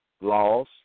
laws